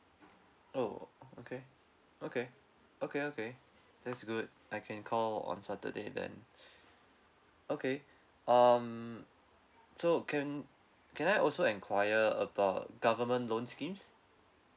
oh okay okay okay okay that's good I can call on saturday then okay um so can can I also inquire about government loans schemes